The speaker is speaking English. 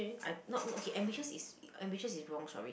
I not no okay ambitious is ambitious is wrong sorry